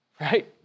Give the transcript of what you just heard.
right